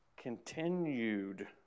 Continued